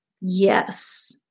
Yes